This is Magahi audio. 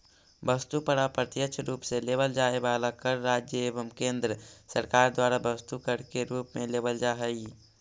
वस्तु पर अप्रत्यक्ष रूप से लेवल जाए वाला कर राज्य एवं केंद्र सरकार द्वारा वस्तु कर के रूप में लेवल जा हई